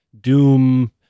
doom